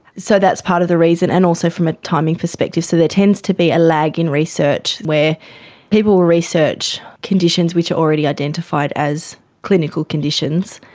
so that's part of the reason, and also from a timing perspective, so there tends to be a lag in research where people will research conditions which are already identified as clinical conditions,